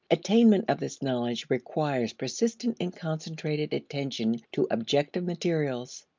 attainment of this knowledge requires persistent and concentrated attention to objective materials.